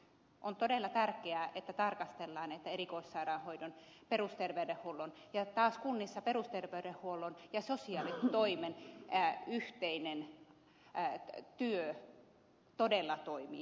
on todella tärkeää että tarkastellaan että erikoissairaanhoidon perusterveydenhuollon ja taas kunnissa perusterveydenhuollon ja sosiaalitoimen yhteinen työ todella toimii niin